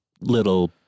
little